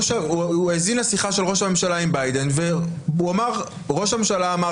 הוא האזין לשיחה של ראש הממשלה עם ביידן וראש הממשלה אמר